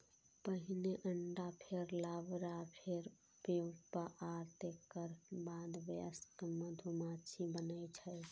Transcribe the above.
पहिने अंडा, फेर लार्वा, फेर प्यूपा आ तेकर बाद वयस्क मधुमाछी बनै छै